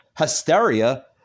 hysteria